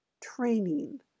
training